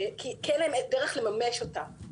כי אין להם דרך לממש אותה.